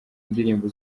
indirimbo